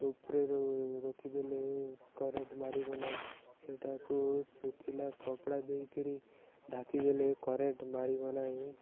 ଉପରେ ରଖିଦେଲେ କରେଣ୍ଟ ମାରିବ ନାହିଁ ସେଟାକୁ ଶୁଖିଲା କପଡ଼ା ଦେଇକିରି ଢାଙ୍କିଦେଲେ କରେଣ୍ଟ ମାରିବ ନାହିଁ